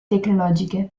tecnologiche